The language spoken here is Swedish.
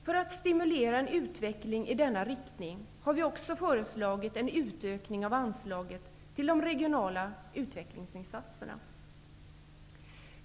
För att stimulera en utveckling i denna riktning har vi också föreslagit en utökning av anslaget till de regionala utvecklingsinsatserna.